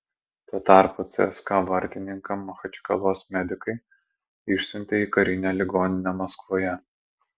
tuo tarpu cska vartininką machačkalos medikai išsiuntė į karinę ligoninę maskvoje